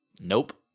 Nope